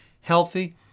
healthy